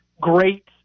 great